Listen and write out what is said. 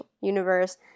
universe